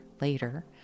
later